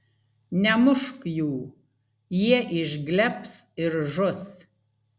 nemušk jų jie išglebs ir žus